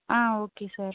ah okay sir